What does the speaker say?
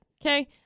Okay